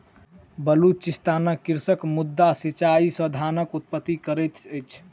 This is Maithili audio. बलुचिस्तानक कृषक माद्दा सिचाई से धानक उत्पत्ति करैत अछि